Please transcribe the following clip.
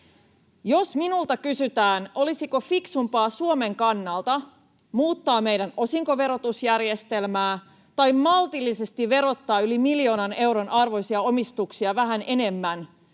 Jos minulta kysytään, olisiko fiksumpaa Suomen kannalta muuttaa meidän osinkoverotusjärjestelmää tai maltillisesti verottaa yli miljoonan euron arvoisia omistuksia vähän enemmän